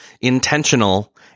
intentional